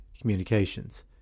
communications